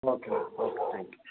okay okay okay thank you